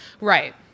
Right